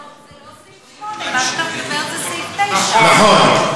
זה לא סעיף 8. מה שאתה מדבר זה סעיף 9. נכון.